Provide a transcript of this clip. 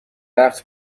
وقت